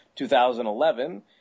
2011